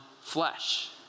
flesh